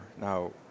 Now